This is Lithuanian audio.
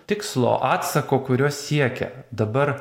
tikslo atsako kurio siekia dabar